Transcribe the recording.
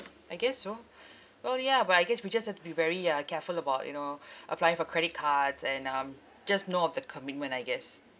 I guess so well ya but I guess we just have to be very uh careful about you know applying for credit cards and um just know of the commitment I guess